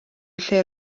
lle